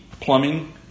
plumbing